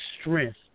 strength